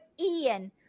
Ian